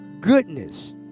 goodness